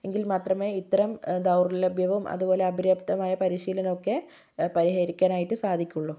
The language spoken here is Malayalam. എങ്കില് മാത്രമേ ഇത്തരം ദൗര്ലഭ്യവും അതുപോലെ അപര്യാപ്തമായ പരിശീലനം ഒക്കെ പരിഹരിക്കാനായിട്ട് സാധിക്കുകയുള്ളൂ